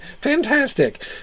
Fantastic